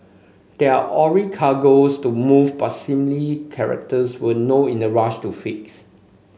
there are ore cargoes to move but seemingly charterers were no in a rush to fix